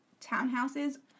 townhouses